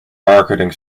marketing